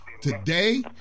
Today